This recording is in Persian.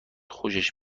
خوشش